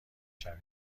شوید